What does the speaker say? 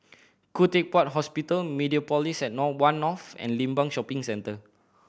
Khoo Teck Puat Hospital Mediapolis at Nine One North and Limbang Shopping Centre